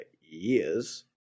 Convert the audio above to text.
years